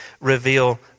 reveal